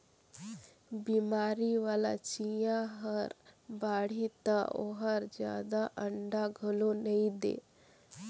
बेमारी वाला चिंया हर बाड़ही त ओहर जादा अंडा घलो नई दे